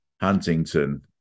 Huntington